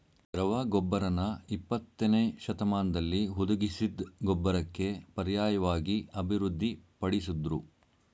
ದ್ರವ ಗೊಬ್ಬರನ ಇಪ್ಪತ್ತನೇಶತಮಾನ್ದಲ್ಲಿ ಹುದುಗಿಸಿದ್ ಗೊಬ್ಬರಕ್ಕೆ ಪರ್ಯಾಯ್ವಾಗಿ ಅಭಿವೃದ್ಧಿ ಪಡಿಸುದ್ರು